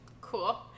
Cool